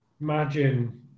imagine